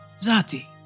Zati